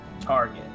target